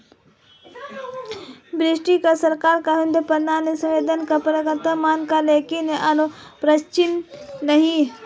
British सरकार ने हुंडी प्रणाली को स्वदेशी या पारंपरिक माना लेकिन अनौपचारिक नहीं